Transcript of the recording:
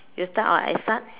you start or I start